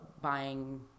buying